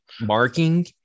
Marking